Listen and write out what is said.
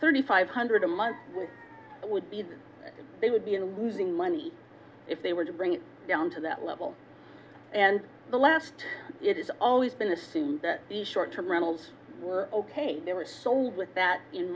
thirty five hundred a month it would be that they would be in losing money if they were to bring it down to that level and the last it is always been assumed that the short term rentals were ok they were sold with that in